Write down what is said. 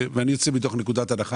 ואני יוצא מתוך נקודת הנחה,